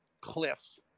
cliff